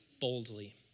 boldly